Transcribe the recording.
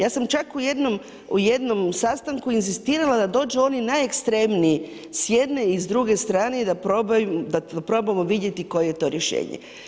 Ja sam čak u jednom sastanku inzistirala da dođu oni najekstremniji s jedne i s druge strane i da probamo vidjeti koje je to rješenje.